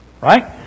Right